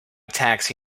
attacks